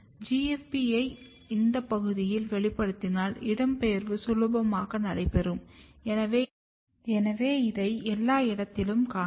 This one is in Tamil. GFP யை இந்த பகுதியில் வெளிப்படுத்தினால் இடம்பெயர்வு சுலபமாக நடைபெறும் எனவே இதை எல்லா இடத்திலும் காணலாம்